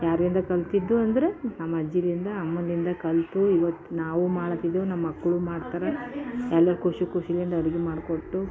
ಯಾರಿಂದ ಕಲಿತಿದ್ದು ಅಂದರೆ ನಮ್ಮಜ್ಜಿಯಿಂದ ಅಮ್ಮನಿಂದ ಕಲಿತು ಇವತ್ತು ನಾವು ಮಾಡಾಕಿದ್ದೆವು ನಮ್ಮ ಮಕ್ಕಳು ಮಾಡ್ತಾರೆ ಎಲ್ಲ ಖುಷಿ ಖುಷಿಯಿಂದ ಅಡುಗೆ ಮಾಡಿಕೊಟ್ಟು